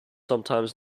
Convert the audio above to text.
sometimes